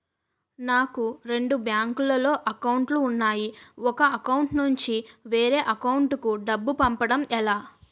నాకు రెండు బ్యాంక్ లో లో అకౌంట్ లు ఉన్నాయి ఒక అకౌంట్ నుంచి వేరే అకౌంట్ కు డబ్బు పంపడం ఎలా?